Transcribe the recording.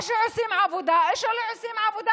או שעושים עבודה או שלא עושים עבודה.